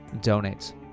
donate